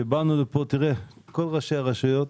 שבאנו לפה כל ראשי הרשויות